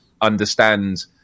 understand